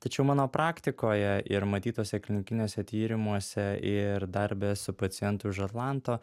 tačiau mano praktikoje ir matytose klinikiniuose tyrimuose ir darbe su pacientu už atlanto